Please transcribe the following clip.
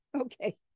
Okay